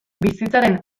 bizitzaren